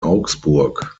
augsburg